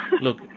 Look